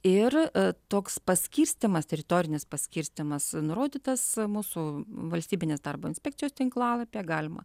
ir toks paskirstymas teritorinis paskirstymas nurodytas mūsų valstybinės darbo inspekcijos tinklalapyje galima